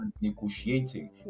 negotiating